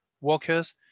workers